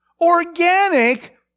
organic